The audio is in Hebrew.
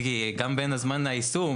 כי גם בין זמן היישום,